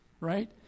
right